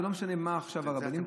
ולא משנה עכשיו מי הרבנים,